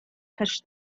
touched